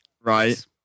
right